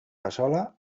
cassola